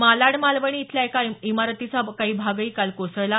मालाड मालवणी इथल्या एका इमारतीचा काही भागही काल कोसळला